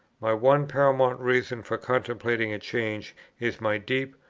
my one paramount reason for contemplating a change is my deep,